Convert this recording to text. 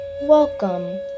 Welcome